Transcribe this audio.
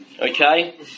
Okay